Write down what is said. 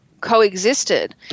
coexisted